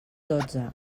dotze